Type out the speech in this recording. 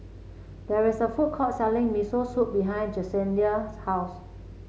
there is a food court selling Miso Soup behind Jessenia's house